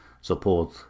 support